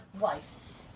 life